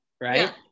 right